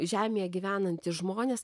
žemėje gyvenantys žmonės